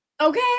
Okay